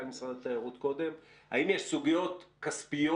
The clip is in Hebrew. משרד התיירות קודם האם יש סוגיות תקציביות,